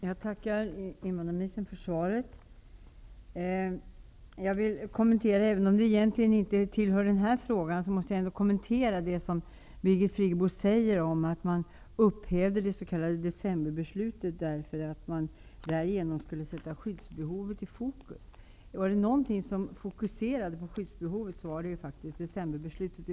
Herr talman! Jag tackar invandrarministern för svaret. Även om det egentligen inte tillhör frågan, vill jag ändock kommentera vad Birgit Friggebo säger om att man upphävde det s.k. decemberbeslutet för att därigenom sätta skyddsbehovet i fokus. Var det någonting som fokuserade skyddsbehovet så var det faktiskt decemberbeslutet.